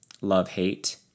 love-hate